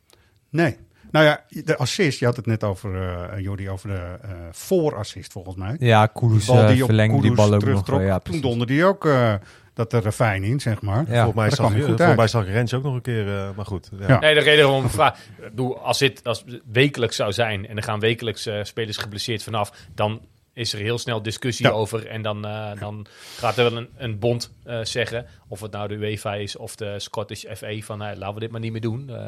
Nee. Nou ja, de assist, je had het net over, eh, Jordi, over de, eh, voorassist volgens mij. Ja, Kudus, Die bal eh, die op verlengde die Kudus bal ook nog, terugtrok, eh, ja, toen precies. donderde die ook, eh, dat er een fijn in, zeg maar. Ja. Volgens mij Maar daar zag kwam hij je- goed volgens uit. mij zag Rens ook nog een keer, eh, maar goed, ja. Ja. Nee, de reden waarom we vragen- Ik bedoel, als dit- als het wekelijks zou zijn en er gaan wekelijks, eh, spelers geblesseerd vanaf, dan is er heel snel discussie Ja. over en dan, eh, dan gaat er wel een- een bond, eh, zeggen of het nou de UEFA is of de Scottish FA van, nou, laten we dit maar niet meer doen.